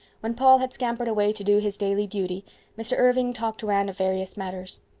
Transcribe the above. when paul had scampered away to do his daily duty mr. irving talked to anne of various matters.